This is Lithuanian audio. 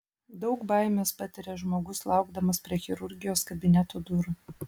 daug baimės patiria žmogus laukdamas prie chirurgijos kabineto durų